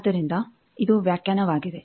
ಆದ್ದರಿಂದ ಇದು ವ್ಯಾಖ್ಯಾನವಾಗಿದೆ